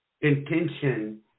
intention